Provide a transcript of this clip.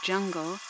Jungle